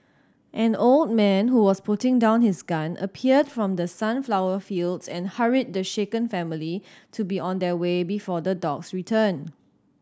an old man who was putting down his gun appeared from the sunflower fields and hurried the shaken family to be on their way before the dogs return